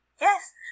Yes